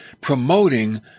promoting